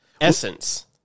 essence